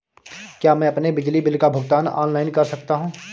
क्या मैं अपने बिजली बिल का भुगतान ऑनलाइन कर सकता हूँ?